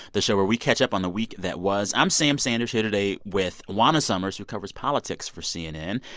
the show where we catch up on the week that was. i'm sam sanders here today with juana summers, who covers politics for cnn,